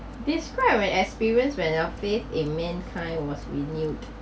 describe an experience when your faith in mankind was renewed